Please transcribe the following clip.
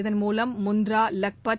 இதன் மூலம் முந்த்ரா லக்பத்